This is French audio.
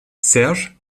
serge